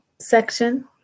section